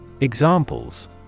Examples